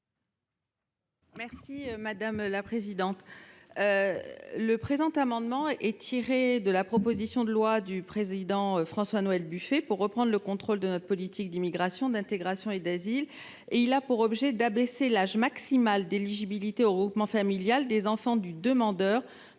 est à Mme Valérie Boyer. Le présent amendement, issu de la proposition de loi de François Noël Buffet pour reprendre le contrôle de la politique d’immigration, d’intégration et d’asile, a pour objet d’abaisser l’âge maximal d’éligibilité au regroupement familial des enfants du demandeur